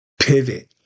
pivot